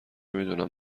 میدونم